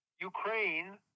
Ukraine